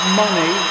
money